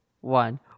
one